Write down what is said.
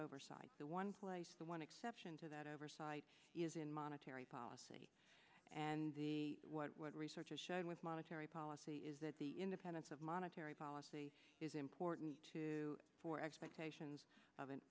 oversight the one place the one exception to that oversight is in monetary policy and what research is showing with monetary policy is that the independence of monetary policy is important too for expectations of an